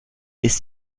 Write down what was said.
ist